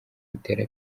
butera